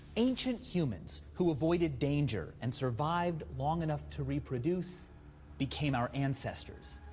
ancient humans who avoided danger and survived long enough to reproduce became our ancestors.